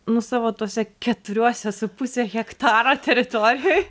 nu savo tuose keturiuose su puse hektaro teritorijoj